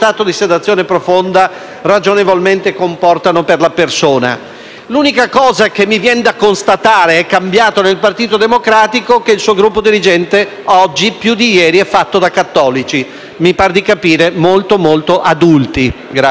L'unica cosa che - mi viene da constatare - è cambiata nel Partito Democratico è che il suo gruppo dirigente oggi più di ieri è fatto da cattolici, mi pare di capire molto, molto adulti.